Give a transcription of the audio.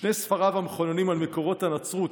ושני ספריו המכוננים על מקורות הנצרות,